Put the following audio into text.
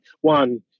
one